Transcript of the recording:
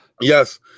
Yes